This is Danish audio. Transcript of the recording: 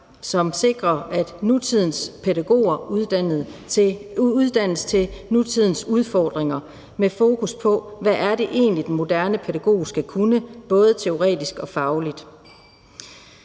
som sikrer, at nutidens pædagoger uddannes til nutidens udfordringer med fokus på, hvad det egentlig er, den moderne pædagog skal kunne, både teoretisk og fagligt.